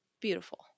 beautiful